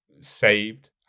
saved